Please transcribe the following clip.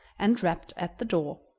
and rapped at the door.